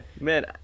Man